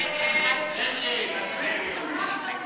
ההצעה להעביר